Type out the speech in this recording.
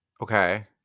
Okay